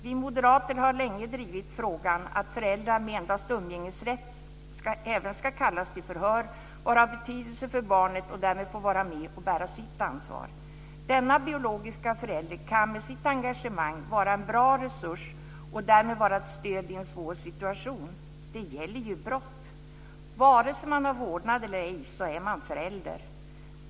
Vi moderater har länge drivit frågan att även föräldrar som endast har umgängesrätt ska kallas till förhör. De är av betydelse för barnet och ska därmed få vara med och bära sitt ansvar. Denna biologiska förälder kan med sitt engagemang vara en bra resurs och därmed vara ett stöd i en svår situation - det gäller ju brott. Vare sig man har vårdnad eller ej är man förälder.